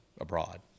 abroad